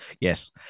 Yes